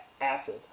acid